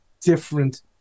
different